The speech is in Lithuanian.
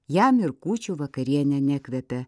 jam ir kūčių vakariene nekvepia